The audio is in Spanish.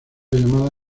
llamada